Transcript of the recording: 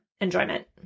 enjoyment